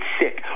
sick